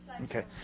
Okay